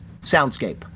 soundscape